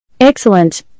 Excellent